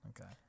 Okay